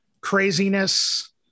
craziness